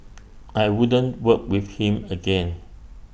I wouldn't work with him again